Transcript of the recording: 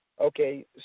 Okay